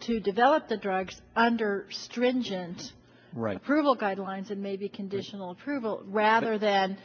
to develop the drugs under stringent right through the guidelines and maybe conditional approval rather than